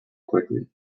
quickly